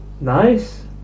Nice